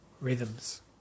rhythms